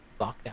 lockdown